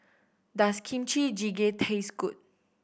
does Kimchi Jjigae taste good